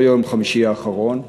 לא יום חמישי האחרון,